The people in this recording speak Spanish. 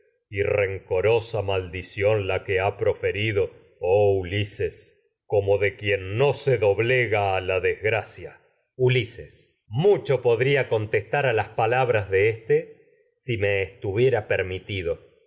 y rencorosa maldi que ha proferido a oh ulises como de quien no se doblega la desgracia ftíliócteíeíí sí ülísb éste si que me mucho podría contestar a las palabras de no estuviera permitido